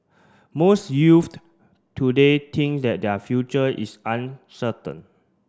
most youth today think that their future is uncertain